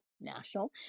national